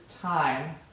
time